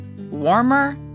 warmer